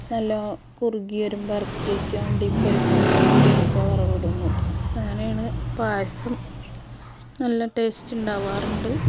നല്ലോണം കുറുകി വരുമ്പോൾ ഇറക്കി വയ്ക്കുക അണ്ടിപ്പരിപ്പും മുന്തിരി ഒക്കെ വറവിടും എന്നിട്ട് അങ്ങനെയാണ് പായസം നല്ല ടേസ്റ്റ് ഉണ്ടാവാറുണ്ട്